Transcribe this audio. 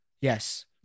Yes